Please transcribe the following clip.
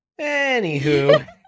Anywho